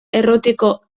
errotiko